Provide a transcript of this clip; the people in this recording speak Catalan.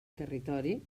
territori